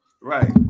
Right